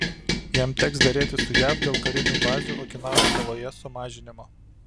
jam teks derėtis su jav dėl karinių bazių okinavos saloje sumažinimo